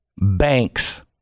Banks